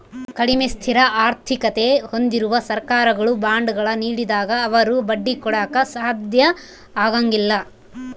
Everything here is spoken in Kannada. ಕಡಿಮೆ ಸ್ಥಿರ ಆರ್ಥಿಕತೆ ಹೊಂದಿರುವ ಸರ್ಕಾರಗಳು ಬಾಂಡ್ಗಳ ನೀಡಿದಾಗ ಅವರು ಬಡ್ಡಿ ಕೊಡಾಕ ಸಾಧ್ಯ ಆಗಂಗಿಲ್ಲ